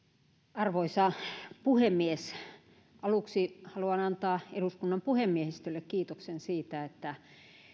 arvoisa puhemies aluksi haluan antaa eduskunnan puhemiehistölle kiitoksen siitä että